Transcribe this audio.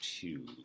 two